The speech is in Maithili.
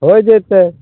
होइ जयतय